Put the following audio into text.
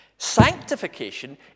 Sanctification